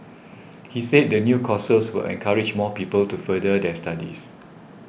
he said the new courses will encourage more people to further their studies